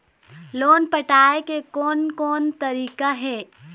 Loan पटाए के कोन कोन तरीका हे?